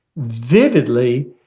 Vividly